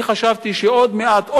חשבתי שעוד מעט,